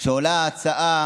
כשעולה ההצעה